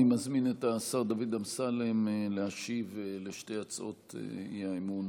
אני מזמין את השר דוד אמסלם להשיב על שתי הצעות האי-אמון